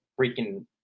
freaking